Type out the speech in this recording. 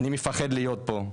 אני מפחד להיות פה,